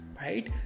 right